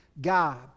God